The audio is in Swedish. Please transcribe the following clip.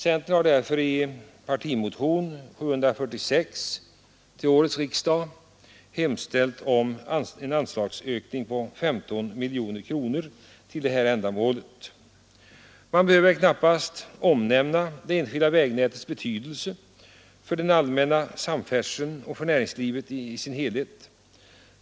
Centern har därför i en partimotion, nr 746 till årets riksdag, hemställt om en anslagsökning på 15 miljoner kronor till det här ändamålet. Jag behöver väl knappast nämna det enskilda vägnätets betydelse för den allmänna samfärdseln och för näringslivet i sin helhet.